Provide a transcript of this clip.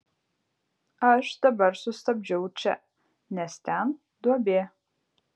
aš dabar sustabdžiau čia nes ten duobė